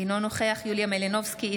אינו נוכח יוליה מלינובסקי,